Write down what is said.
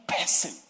person